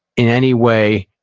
in any way,